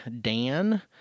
Dan